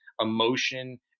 emotion